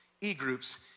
e-groups